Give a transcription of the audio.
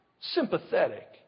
Sympathetic